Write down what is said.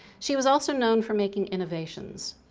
she was also known for making innovations.